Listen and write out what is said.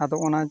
ᱟᱫᱚ ᱚᱱᱟ